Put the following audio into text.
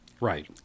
right